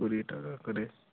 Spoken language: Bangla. কুড়ি টাকা করে